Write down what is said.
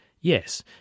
yes